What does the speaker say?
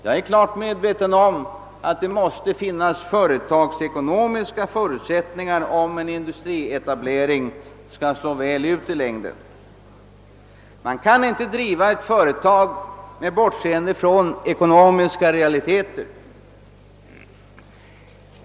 Det skall naturligtvis finnas företagsekonomiska förutsättningar om en industrietablering skall slå väl ut i längden — man kan inte driva ett företag med bortseende från ekonomiska realiteter.